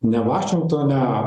ne vašingtone